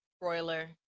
broiler